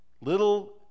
little